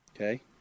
okay